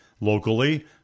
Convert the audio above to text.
Locally